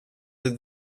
the